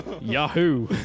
Yahoo